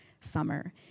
summer